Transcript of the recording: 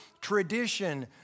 tradition